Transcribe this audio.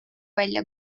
välja